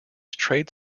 trade